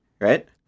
right